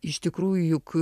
iš tikrųjų juk